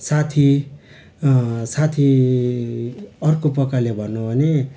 साथी साथी अर्को प्रकारले भन्नु हो भने